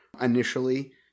initially